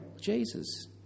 Jesus